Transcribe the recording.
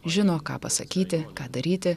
žino ką pasakyti ką daryti